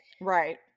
Right